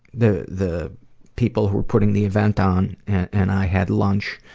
the the people who were putting the event on and i had lunch,